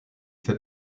fait